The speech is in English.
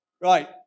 Right